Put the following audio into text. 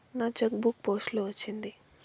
నా cheque book post లో వచ్చింది